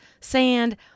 sand